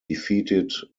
defeated